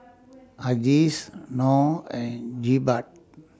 Aziz Noh and Jebat